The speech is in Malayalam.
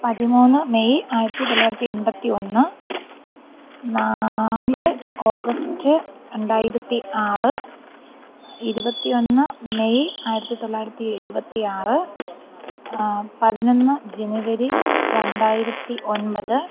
പതിമൂന്ന് മെയ് ആയിരത്തി തൊള്ളായിരത്തി എമ്പത്തി ഒന്ന് നാല് ഓഗസ്റ്റ് രണ്ടായിരത്തി ആറ് ഇരുപത്തി ഒന്ന് മെയ് ആയിരത്തി തൊള്ളായിരത്തി എഴുപത്തി ആറ് പതിനൊന്ന് ജനുവരി രണ്ടായിരത്തി ഒൻമ്പത്